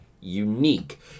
unique